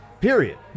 Period